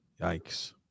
Yikes